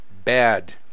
bad